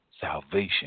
Salvation